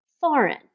foreign